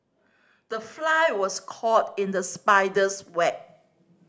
the fly was caught in the spider's web